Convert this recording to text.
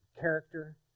character